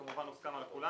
כמובן מוסכם על כולם